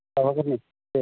माबाग्रोनि दे दे